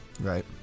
Right